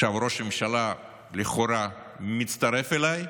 עכשיו ראש הממשלה לכאורה מצטרף אליי,